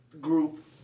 group